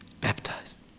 baptized